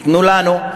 תנו לנו.